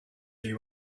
you